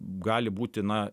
gali būti na